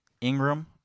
Ingram